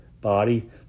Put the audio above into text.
body